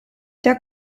der